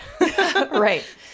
Right